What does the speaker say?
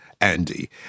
Andy